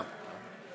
מדינה עם common